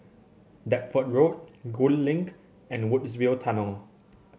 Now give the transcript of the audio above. Deptford Road Gul Link and Woodsville Tunnel